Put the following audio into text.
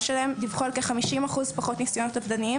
שלהם דיווחו על כ-50% פחות ניסיונות אובדניים